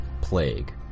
Plague